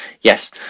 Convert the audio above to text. yes